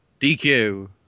DQ